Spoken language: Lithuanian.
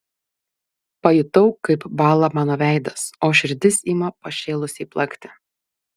pajutau kaip bąla mano veidas o širdis ima pašėlusiai plakti